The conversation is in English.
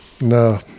No